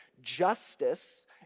Justice